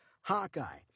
Hawkeye